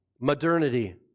Modernity